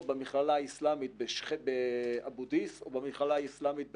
במכללה האסלאמית באבו דיס או במכללה האסלאמית בחברון.